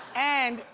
and,